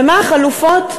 ומה החלופות?